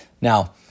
Now